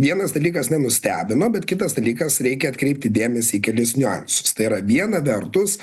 vienas dalykas nenustebino bet kitas dalykas reikia atkreipti dėmesį į kelis niuansus tai yra viena vertus